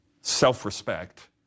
self-respect